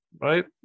Right